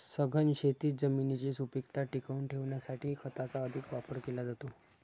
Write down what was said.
सघन शेतीत जमिनीची सुपीकता टिकवून ठेवण्यासाठी खताचा अधिक वापर केला जातो